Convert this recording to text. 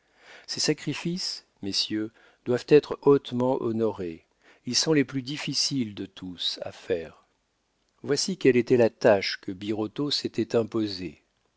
ces sacrifices messieurs doivent être hautement honorés ils sont les plus difficiles de tous à faire voici quelle était la tâche que birotteau s'était imposée